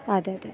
അതേ അതേ